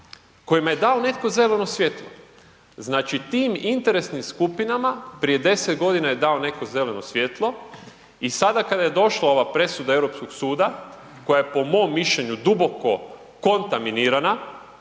kojima je dao netko zeleno svjetlo. Znači, tim interesnim skupinama prije deset godina je dao neko zeleno svjetlo i sada kada je došla ova presuda Europskog suda koja je po mom mišljenju duboko kontaminirana